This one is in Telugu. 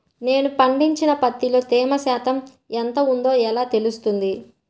నేను పండించిన పత్తిలో తేమ శాతం ఎంత ఉందో ఎలా తెలుస్తుంది?